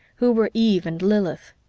who were eve and lilith?